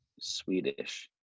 swedish